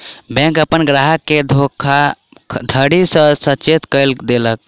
bank अपन ग्राहक के धोखाधड़ी सॅ सचेत कअ देलक